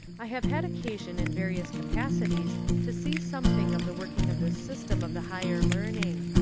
i have had occasion in various capacities to see something of the working of this system of the higher learning.